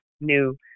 new